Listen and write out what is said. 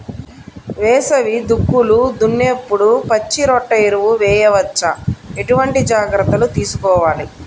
వేసవి దుక్కులు దున్నేప్పుడు పచ్చిరొట్ట ఎరువు వేయవచ్చా? ఎటువంటి జాగ్రత్తలు తీసుకోవాలి?